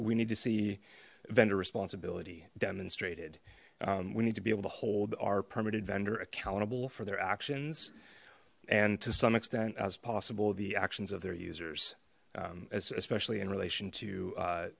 we need to see vendor responsibility demonstrated we need to be able to hold our permitted vendor accountable for their actions and to some extent as possible the actions of their users as especially in relation to